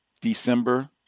December